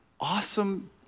awesome